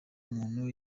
umuntu